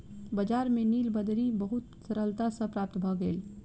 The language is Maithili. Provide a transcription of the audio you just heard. बजार में नीलबदरी बहुत सरलता सॅ प्राप्त भ गेल